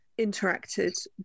interacted